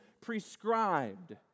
Prescribed